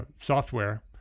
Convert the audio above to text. software